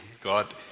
God